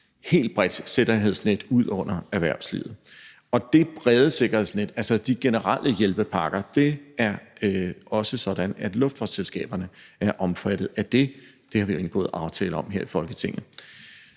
helt bredt sikkerhedsnet ud under erhvervslivet, og med hensyn til det brede sikkerhedsnet, altså de generelle hjælpepakker, er det også sådan, at luftfartsselskaberne er omfattet af det. Det har vi jo indgået aftale om her i Folketinget.